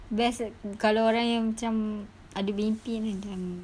best kalau orang yang macam ada mimpi akan